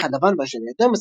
אחד לבן והשני אדום,